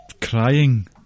crying